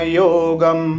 yogam